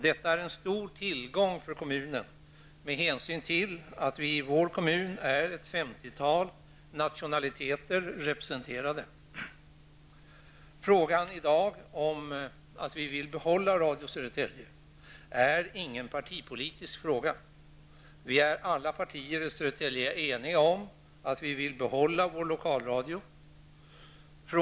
Det här är en stor tillgång för kommunen, med hänsyn till att ett femtiotal nationaliteter är representerade i vår kommun. Den i dag aktuella frågan, nämligen den om att vi vill behålla Radio Södertälje, är inte en partipolitisk fråga. Inom alla partier i Södertälje är vi eniga om att vår lokalradio skall behållas.